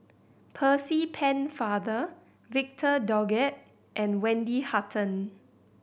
Percy Pennefather Victor Doggett and Wendy Hutton